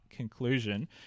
conclusion